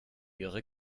ihre